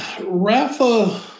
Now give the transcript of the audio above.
Rafa